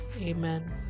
Amen